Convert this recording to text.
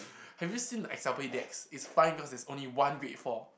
have you seen the decks it's fine because there is only one grade four